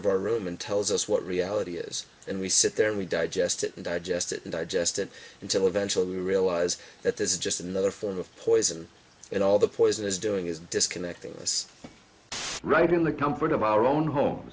of our room and tells us what reality is and we sit there and we digest it and digest it and digest it until eventually realize that this is just another form of poison and all the poison is doing is disconnecting this right in the com